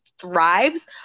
thrives